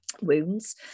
wounds